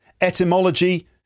Etymology